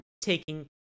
Taking